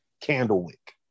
Candlewick